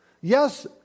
Yes